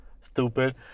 stupid